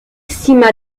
sima